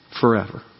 forever